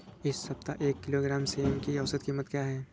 इस सप्ताह एक किलोग्राम सेम की औसत कीमत क्या है?